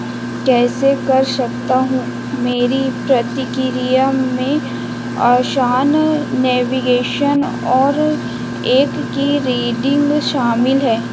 कैसे कर सकता हूँ मेरी प्रतिक्रिया में आसान नेविगेशन और एक की रीडिंग शामिल है